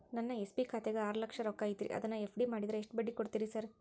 ನನ್ನ ಎಸ್.ಬಿ ಖಾತ್ಯಾಗ ಆರು ಲಕ್ಷ ರೊಕ್ಕ ಐತ್ರಿ ಅದನ್ನ ಎಫ್.ಡಿ ಮಾಡಿದ್ರ ಎಷ್ಟ ಬಡ್ಡಿ ಕೊಡ್ತೇರಿ ಸರ್?